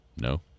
No